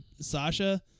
Sasha